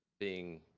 being